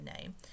name